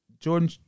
Jordan